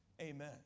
Amen